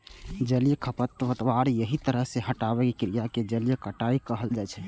जलीय खरपतवार कें एहि तरह सं हटाबै के क्रिया कें जलीय कटाइ कहल जाइ छै